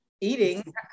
Eating